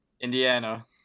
Indiana